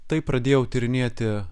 taip pradėjau tyrinėti